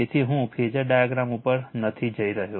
તેથી હું phasor diagram ઉપર નથી જઈ રહ્યો